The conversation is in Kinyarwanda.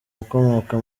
ukomoka